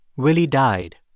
willie died,